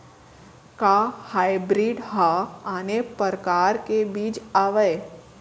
का हाइब्रिड हा आने परकार के बीज आवय?